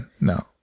No